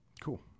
Cool